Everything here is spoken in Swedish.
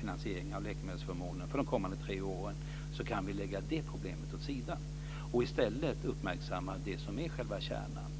finansieringen av läkemedelsförmånerna för de kommande tre åren så kan vi lägga det problemet åt sidan. I stället kan vi uppmärksamma det som är själva kärnan.